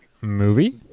Movie